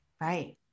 Right